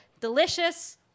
delicious